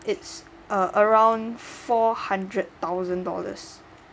it's uh around four hundred thousand dollars